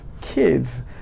kids